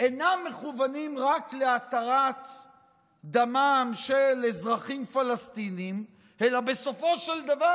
אינם מכוונים רק להתרת דמם של אזרחים פלסטינים אלא בסופו של דבר